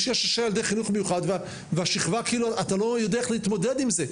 6-5 ילדי חינוך מיוחד ואתה לא יודע איך להתמודד עם זה.